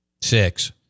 six